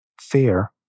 fear